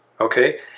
okay